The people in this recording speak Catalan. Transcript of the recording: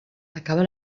acaba